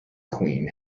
queen